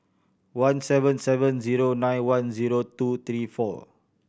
one seven seven zero nine one zero two three four